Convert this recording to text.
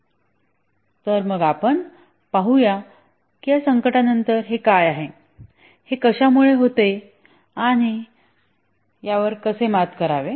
तर मग आपण पाहूया की संकटानंतर हे काय आहे हे कशामुळे होते आणि कसे मात करावे